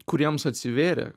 kuriems atsivėrė